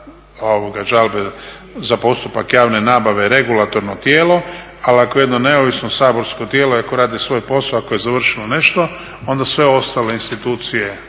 za žalbe postupak javne nabave je regulatorno tijelo. Ali ako jedno neovisno saborsko tijelo ako radi svoj posao i ako je završilo nešto onda sve ostale institucije